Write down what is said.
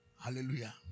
Hallelujah